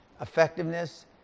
Effectiveness